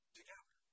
together